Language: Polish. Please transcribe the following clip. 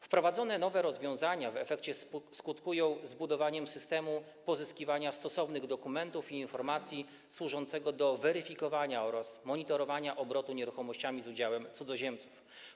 Wprowadzone nowe rozwiązania w efekcie skutkują zbudowaniem systemu pozyskiwania stosownych dokumentów i informacji służącego do weryfikowania oraz monitorowania obrotu nieruchomościami z udziałem cudzoziemców.